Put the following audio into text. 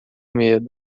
medo